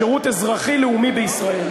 שירות אזרחי-לאומי בישראל.